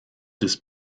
des